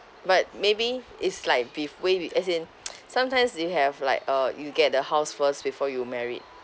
but maybe is like bef~ way be~ as in sometimes they have like uh you get the house first before you married